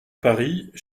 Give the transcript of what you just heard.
paris